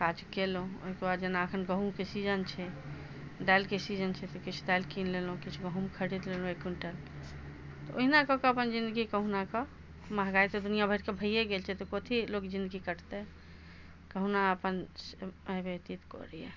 काज केलहुँ ओहिके बाद जेना एखन गहूमके सीजन छै दालिके सीजन छै तऽ किछु दालि कीनि लेलहुँ किछु गहूम खरीद लेलहुँ एक क्विन्टल तऽ ओहिना कऽ के अपन जिनगी कहुनाके महँगाई तऽ दुनिया भरिके भइए गेल छै कथी लोक जिनगी कटतै कहुना अपन समय व्यतीत करैए